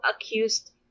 accused